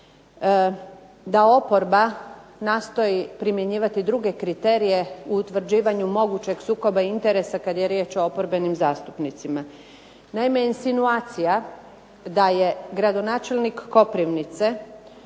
da oporba nastoji primjenjivati druge kriterije u utvrđivanju mogućeg sukoba interesa kada je riječ o oporbenim zastupnicima. Naime, insinuacija da je gradonačelnik Koprivnice